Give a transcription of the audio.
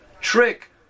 trick